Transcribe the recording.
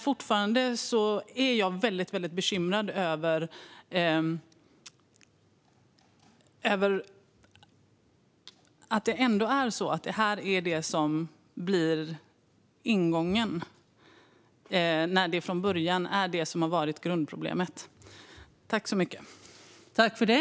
Fortfarande är jag dock väldigt bekymrad över att det är detta som blir ingången, när det från början är det som har varit grundproblemet.